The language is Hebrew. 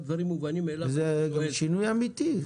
זה שינוי אמיתי.